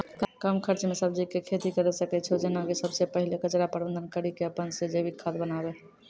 कम खर्च मे सब्जी के खेती करै सकै छौ जेना कि सबसे पहिले कचरा प्रबंधन कड़ी के अपन से जैविक खाद बनाबे?